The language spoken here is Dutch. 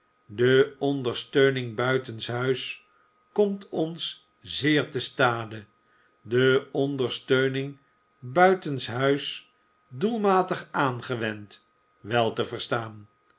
de ondersteuning buitenshuis komt ons zeer te stade de ondersteuning buitenshuis doelmatig aangewend wel te verstaan